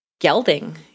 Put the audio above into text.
gelding